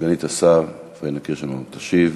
סגנית השר פניה קירשנבאום תשיב.